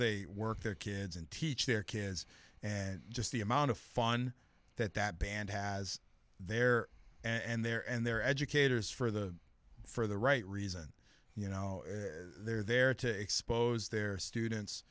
they work their kids and teach their kids and just the amount of fun that that band has there and they're and they're educators for the for the right reason you know they're there to expose their students